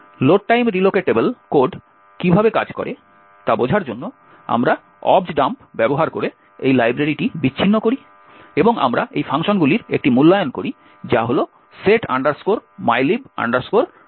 load time relocatable code কীভাবে কাজ করে তা বোঝার জন্য আমরা objdump ব্যবহার করে এই লাইব্রেরিটি বিচ্ছিন্ন করি এবং আমরা এই ফাংশনগুলির একটি মূল্যায়ন করি যা হল set mylib int